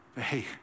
Hey